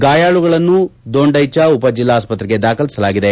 ಗಾಯಾಳುಗಳನ್ನು ದೊಂಡ್ವೆಚ ಉಪ ಜಿಲ್ಲಾ ಆಸ್ಪತ್ರೆಗೆ ದಾಖಲಿಸಲಾಗಿದೆ